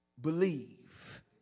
believe